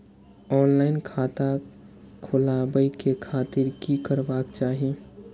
Online खाता खोलाबे के खातिर कि करबाक चाही?